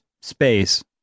space